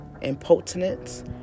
Impotence